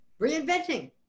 reinventing